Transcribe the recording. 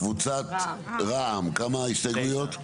קבוצת רע"מ כמה הסתייגויות?